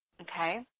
okay